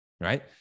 right